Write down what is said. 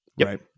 right